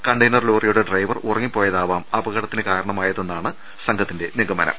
container ലോറിയുടെ driver ഉറങ്ങിപ്പോയതാവാം അപകടത്തിന് കാരണമായതെന്നാണ് സംഘത്തിന്റെ നിഗമനം